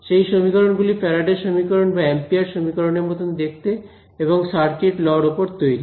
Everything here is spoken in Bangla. এই সমীকরণ গুলি ফ্যারাডের সমীকরণ বা অ্যাম্পিয়ারের সমীকরণ এর মত দেখতে এবং সার্কিট ল এর উপর তৈরি